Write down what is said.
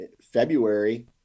February